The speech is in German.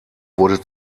wurde